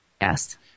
Yes